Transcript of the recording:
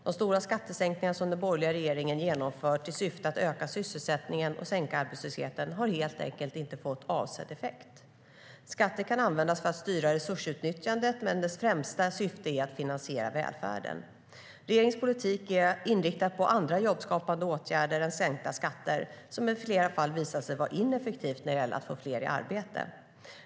De stora skattesänkningar som den borgerliga regeringen genomfört i syfte att öka sysselsättningen och sänka arbetslösheten har helt enkelt inte fått avsedd effekt. Skatter kan användas för att styra resursutnyttjandet, men deras främsta syfte är att finansiera välfärden. Regeringens politik är inriktad på andra jobbskapande åtgärder än sänkta skatter, som i flera fall visat sig vara ineffektivt när det gäller att få fler i arbete.